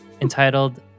entitled